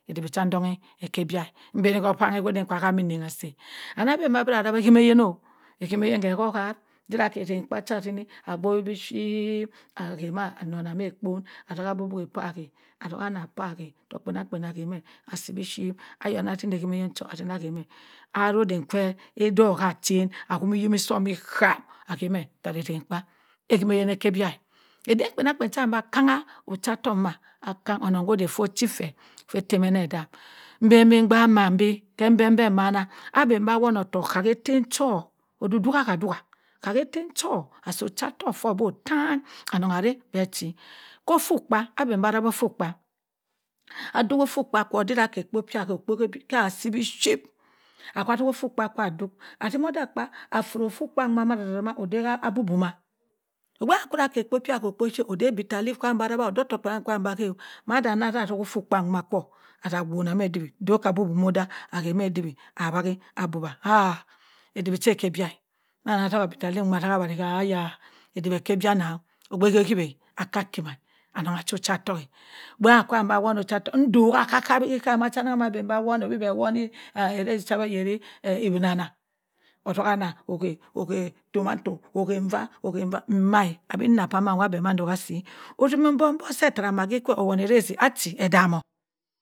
. Ntaghe eyim nhom nne ana pam biship meh jip ntoha che nwona me ekpa domma ekpa tin ekeh erowe etin eh kabara abah aham beh chic odey cha bene na wonne ekpan domme ayi obiowa kwe egomme ata atagha ogwomme kwo akwa fari beh ship agba akpa kpa boh ebere biship ajohe edehe ejohi atineh ahop arogha odo echen or arora anama howi or arora hama oko or eten kpa atima atogha anona atoghe ekpo puh ship ageme abora ageh anah ewa mme efuh ebwi awehi manta ma awehi heh ekpo tin meh nwe hogomi tangha mama arewa obeh bah atim epokpana atima abeh ba atima ana peh edibi atima, mandu kwa akanyi biship eteh ebia akima ko ana beh bara arewe egana konghi edibi atoghi egana kongho soɧ ahoɱ beɧ sheo sheo achen eten atogho eten cho chaka ade wa oda ado cheno adahe vah deh nama kwa adewo ocheden awon awon nama. kwo mateeri obi ataghi eten ipa cho atera beh won beh ship ageh biship awon bishop eke ebia achini moimoi kong kwo ageh ma nten noma abuwa moi moi kong oburo obi mah che weh egana kwonghu aduk ah bi ship madeh ekpebi otokk penang kpen abe beh agew otokk fi ediwe aka okpewi ship aghe moi moi kong kwa atimi egangha kwong hu soh.